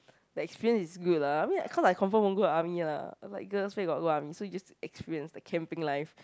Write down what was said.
the experience is good lah I mean cause I confirm won't go army lah like girls where got go army so you experience the camping life